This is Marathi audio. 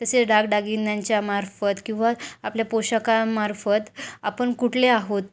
तसेच दागदागिन्यांच्या मार्फत किंवा आपल्या पोषाखामार्फत आपण कुठले आहोत